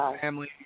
family